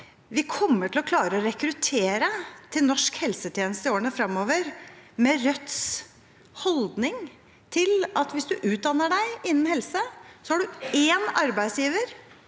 kommer til å klare å rekruttere til norsk helsetjeneste i årene fremover med Rødts holdning om at hvis man utdanner seg innen helse, har man én arbeidsgiver